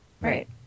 Right